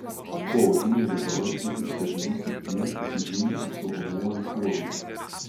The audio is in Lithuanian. poodiniai riebalai ypač sėdmenų srityje pasižymi apsaugomuoju poveikiu